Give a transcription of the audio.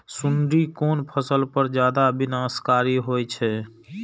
सुंडी कोन फसल पर ज्यादा विनाशकारी होई छै?